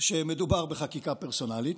שמדובר בחקיקה פרסונלית,